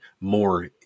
more